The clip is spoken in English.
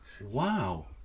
wow